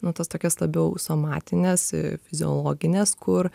nu tas tokias labiau somatines fiziologines kur